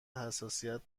حساسیت